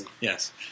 Yes